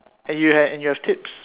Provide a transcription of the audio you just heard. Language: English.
and you have and you have tips